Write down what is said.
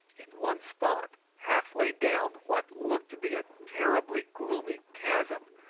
in one spot, half-way down what looked to be a terribly gloomy chasm,